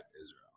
Israel